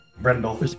Brendel